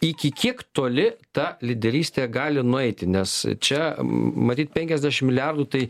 iki kiek toli ta lyderystė gali nueiti nes čia matyt penkiasdešim milijardų tai